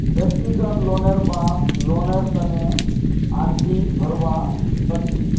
व्यक्तिगत लोनेर बाद लोनेर तने अर्जी भरवा सख छि